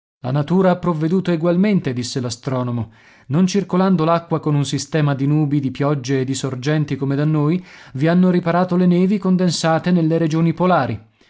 la natura ha provveduto egualmente disse l'astronomo non circolando l'acqua con un sistema di nubi di piogge e di sorgenti come da noi vi hanno riparato le nevi condensate nelle regioni polari